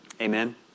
Amen